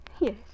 Yes